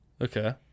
Okay